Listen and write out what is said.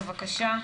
בבקשה.